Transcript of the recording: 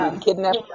Kidnapped